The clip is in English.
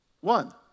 One